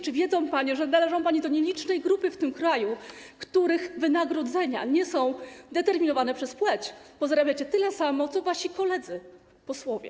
Czy wiedzą panie, że należą panie do nielicznej w tym kraju grupy kobiet, których wynagrodzenia nie są determinowane przez płeć, bo zarabiacie tyle samo co wasi koledzy posłowie?